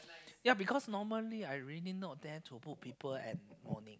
ya because normally I really not there to book people and morning